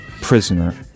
prisoner